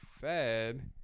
fed